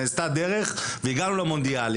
נעשתה דרך והגענו למונדיאל,